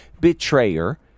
betrayer